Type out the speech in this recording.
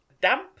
damp